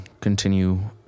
continue